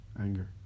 anger